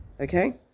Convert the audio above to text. okay